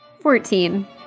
Fourteen